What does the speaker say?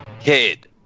head